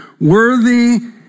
Worthy